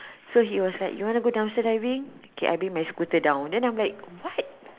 so he was like you want to go dumpster diving okay I bring my scooter down then I am like what